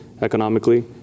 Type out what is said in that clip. economically